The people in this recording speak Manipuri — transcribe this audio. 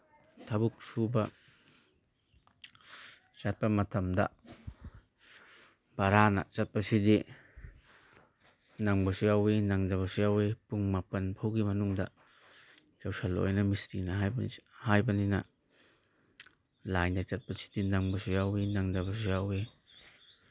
ꯊꯕꯛ ꯁꯨꯕ ꯆꯠꯄ ꯃꯇꯝꯗ ꯚꯔꯥꯅ ꯆꯠꯄꯁꯤꯗꯤ ꯅꯪꯕꯁꯨ ꯌꯥꯎꯋꯤ ꯅꯪꯗꯕꯁꯨ ꯌꯥꯎꯋꯤ ꯄꯨꯡ ꯃꯥꯄꯟ ꯐꯥꯎꯒꯤ ꯃꯅꯨꯡꯗ ꯌꯧꯁꯤꯜꯂꯛꯑꯣꯅ ꯃꯤꯁꯇ꯭ꯔꯤꯅ ꯍꯥꯏꯕꯅꯤꯅ ꯂꯥꯏꯟꯗ ꯆꯠꯄꯁꯤꯗꯤ ꯅꯪꯕꯁꯨ ꯌꯥꯎꯋꯤ ꯅꯪꯗꯕꯁꯨ ꯌꯥꯎꯋꯤ